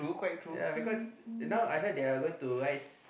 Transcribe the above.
ya because now I heard they are going to rise